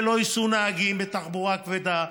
ולא ייסעו נהגים בתחבורה כבדה,